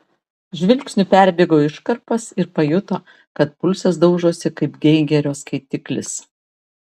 žvilgsniu perbėgo iškarpas ir pajuto kad pulsas daužosi kaip geigerio skaitiklis